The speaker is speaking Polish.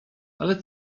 ale